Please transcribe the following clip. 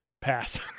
pass